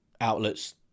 outlets